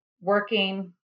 working